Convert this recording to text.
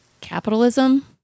capitalism